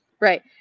right